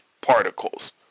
particles